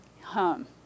home